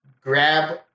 grab